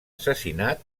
assassinat